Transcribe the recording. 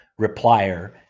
replier